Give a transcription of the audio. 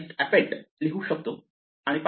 append v लिहू शकतो आणि पायथन हे सेल्फ